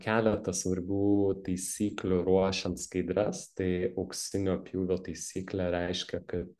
keleta svarbių taisyklių ruošiant skaidres tai auksinio pjūvio taisyklė reiškia kad